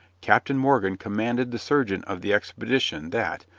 captain morgan commanded the surgeon of the expedition that,